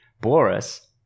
Boris